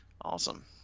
Awesome